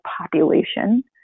population